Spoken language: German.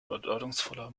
bedeutungsvoller